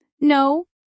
No